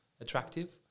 attractive